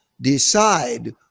decide